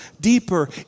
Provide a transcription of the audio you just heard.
deeper